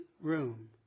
room